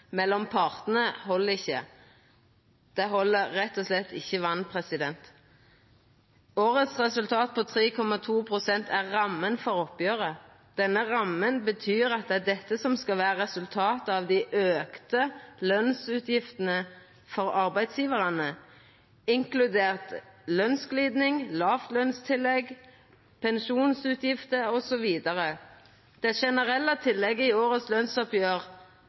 mellom partane, held ikkje. Dei held rett og slett ikkje vatn. Årets resultat, 3,2 pst., er ramma for oppgjeret. Denne ramma betyr at det er dette som skal vera resultatet av dei auka lønsutgiftene for arbeidsgjevarane, inkludert lønsgliding, låglønstillegg, pensjonsutgifter osv. Det generelle tillegget i årets